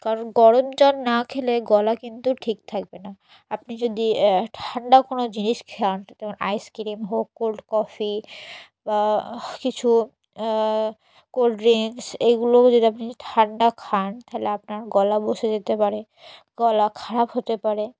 কারণ গরম জল না খেলে গলা কিন্তু ঠিক থাকবে না আপনি যদি ঠান্ডা কোনো জিনিস খান যেমন আইসক্রিম হোক কোল্ড কফি বা কিছু কোল্ড ড্রিঙ্কস এগুলোও যদি আপনি ঠান্ডা খান তাহলে আপনার গলা বসে যেতে পারে গলা খারাপ হতে পারে